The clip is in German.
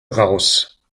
raus